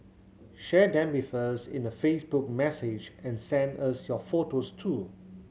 share them with us in a Facebook message and send us your photos too